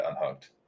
unhooked